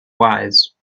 wise